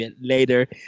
later